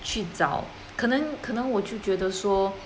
去找可能可能我就觉得说